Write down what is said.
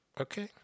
Okay